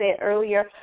earlier